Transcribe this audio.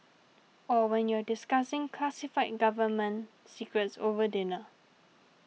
or when you're discussing classified government secrets over dinner